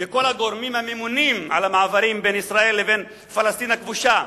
מכל הגורמים הממונים על המעברים בין ישראל לבין פלסטין הכבושה,